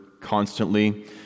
constantly